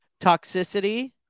toxicity